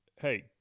hey